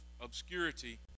obscurity